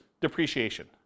depreciation